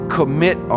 commit